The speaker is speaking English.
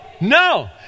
no